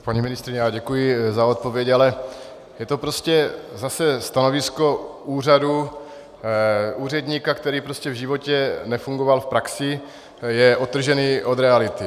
Paní ministryně, děkuji za odpověď, ale je to prostě zase stanovisko úřadu, úředníka, který v životě nefungoval v praxi, je odtržený od reality.